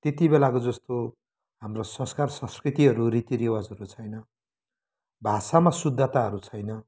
त्यति बेलाको जस्तो हाम्रो संस्कार संस्कृतिहरू रीति रिवाजहरू छैन भषामा शुद्धताहरू छैन